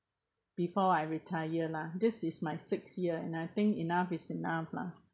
before I retire lah this is my six year and I think enough is enough lah